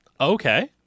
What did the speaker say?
Okay